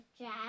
Jack